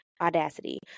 audacity